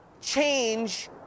change